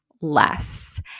less